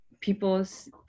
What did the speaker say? people's